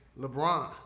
LeBron